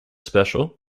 special